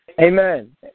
Amen